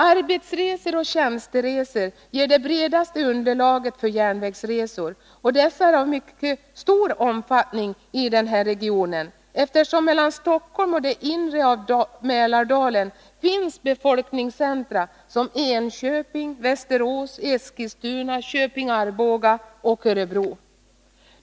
Arbetsresor och tjänsteresor ger det bredaste underlaget för järnvägsresor, och dessa är av mycket stor omfattning i denna region, eftersom det mellan Stockholm och det inre av Mälardalen finns befolkningscentra som Enköping, Västerås, Eskilstuna, Köping/Arboga och Örebro.